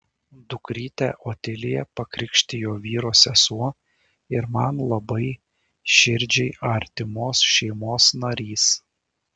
dukrytę otiliją pakrikštijo vyro sesuo ir man labai širdžiai artimos šeimos narys